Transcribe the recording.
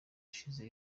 ashize